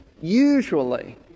usually